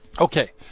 Okay